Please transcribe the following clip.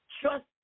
Trust